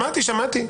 שמעתי, שמעתי.